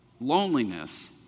loneliness